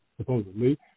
supposedly